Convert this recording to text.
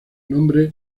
nombre